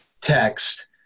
text